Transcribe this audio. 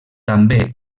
també